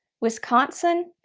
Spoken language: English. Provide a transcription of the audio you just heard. wisconsin,